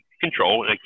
control